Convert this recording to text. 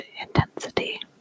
intensity